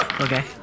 Okay